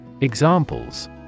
Examples